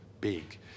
big